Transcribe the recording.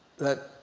that